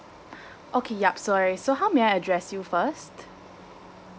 okay yup sorry so how may I address you first